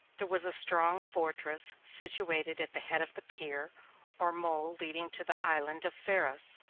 there was a strong fortress situated at the head of the pier or mole leading to the island of pharos,